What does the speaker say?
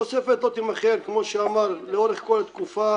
תוספת לא תימכר לאורך כל התקופה.